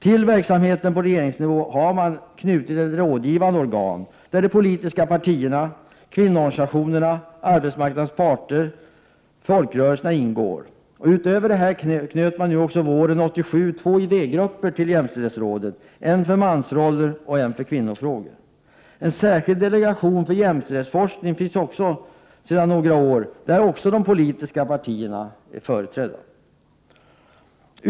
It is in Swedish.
Till verksamheten på regeringsnivå har man sedan knutit ett rådgivande organ, där de politiska partierna, kvinnoorganisationerna, arbetsmarknadens parter och folkrörelserna ingår. Utöver det knöts våren 1987 två idégrupper till jämställdhetsrådet — en för mansrollsfrågor och en för kvinnofrågor. En särskild delegation för jämställdhetsforskning finns också sedan några år, där de politiska partierna är företrädda.